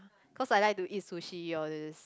cause I like to eat sushi all these